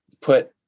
put